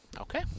okay